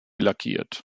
lackiert